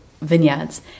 vineyards